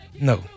No